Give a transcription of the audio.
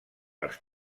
els